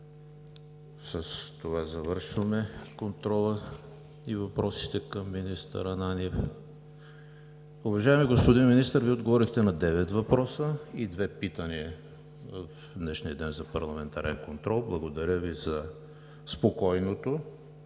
С това завършваме въпросите към министър Ананиев. Уважаеми господин Министър, Вие отговорихте на девет въпроса и две питания в днешния ден за парламентарен контрол. Благодаря Ви за спокойното,